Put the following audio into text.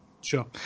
Sure